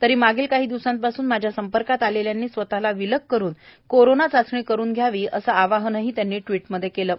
तरी मागील काही दिवसांमध्ये माझा संपर्कात आलेल्यांनी स्वतला विलग करून कोरोना चाचणी करून घ्यावी असे आवाहनही त्यांनी ट्विटमध्ये केले आहे